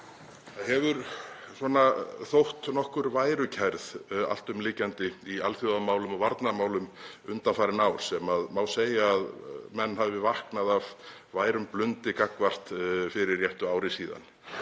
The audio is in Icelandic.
Það hefur þótt nokkur værukærð alltumlykjandi í alþjóðamálum og varnarmálum undanfarin ár sem segja má að menn hafi vaknað af værum blundi gagnvart fyrir réttu ári síðan.